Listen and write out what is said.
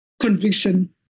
conviction